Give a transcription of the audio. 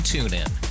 TuneIn